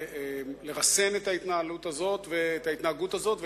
לרסן את ההתנהלות הזאת ואת ההתנהגות הזאת,